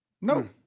no